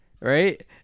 Right